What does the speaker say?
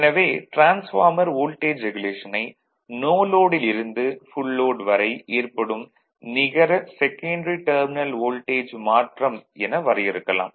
எனவே transformer voltage ரெகுலேஷனை no லோடில் இருந்து ஃபுல் லோட் வரை ஏற்படும் நிகர செகன்டரி டெர்மினல் வோல்டேஜ் மாற்றம் என வரையறுக்கலாம்